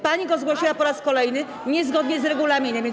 pani go zgłosiła po raz kolejny niezgodnie z regulaminem, więc.